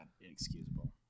Inexcusable